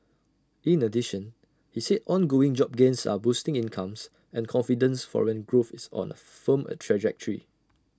in addition he said ongoing job gains are boosting incomes and confidence foreign growth is on A firm A trajectory